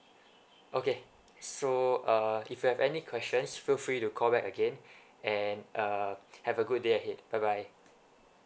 okay so uh if you have any questions feel free to call back again and uh have a good day ahead bye bye